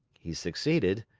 he succeeded,